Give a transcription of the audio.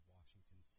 Washington